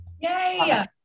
Yay